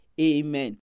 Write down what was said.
Amen